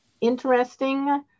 interesting